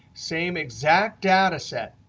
same exact data set.